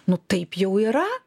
nu taip jau yra